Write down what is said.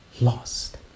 lost